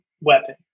weapon